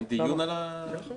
למה?